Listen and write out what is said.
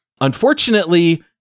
Unfortunately